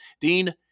dean